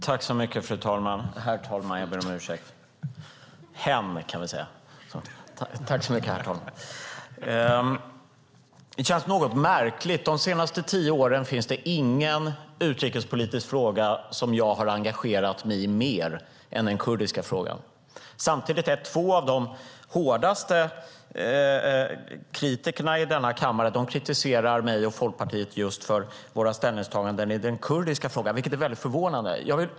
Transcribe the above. Herr talman! Det här känns något märkligt. De senaste tio åren finns det ingen utrikespolitisk fråga som jag har engagerat mig mer i än den kurdiska frågan. Samtidigt kritiserar två av de hårdaste kritikerna i denna kammare mig och Folkpartiet just för våra ställningstaganden i den kurdiska frågan, vilket är väldigt förvånande.